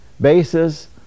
bases